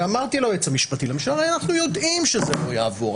אמרתי ליועץ המשפטי לממשלה שזה לא יעבור,